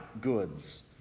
goods